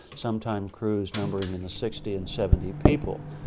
sometimes crews numbering in the sixty and seventy people.